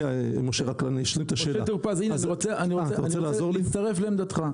אני רוצה להצטרף לעמדתך.